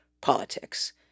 politics